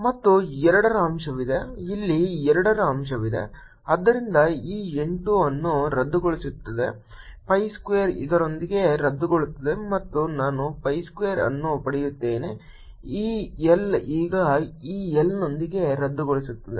Azza2NIL2×8342L L242z232 2a2NILL242z232 ಮತ್ತು 2 ರ ಅಂಶವಿದೆ ಇಲ್ಲಿ 2 ರ ಅಂಶವಿದೆ ಆದ್ದರಿಂದ ಈ 8 ಅನ್ನು ರದ್ದುಗೊಳಿಸುತ್ತದೆ pi ಸ್ಕ್ವೇರ್ ಇದರೊಂದಿಗೆ ರದ್ದುಗೊಳ್ಳುತ್ತದೆ ಮತ್ತು ನಾನು pi ಸ್ಕ್ವೇರ್ ಅನ್ನು ಪಡೆಯುತ್ತೇನೆ ಈ L ಈಗ ಈ L ನೊಂದಿಗೆ ರದ್ದುಗೊಳ್ಳುತ್ತದೆ